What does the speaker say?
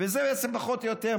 וזה פחות או יותר,